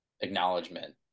acknowledgement